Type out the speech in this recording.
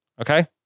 okay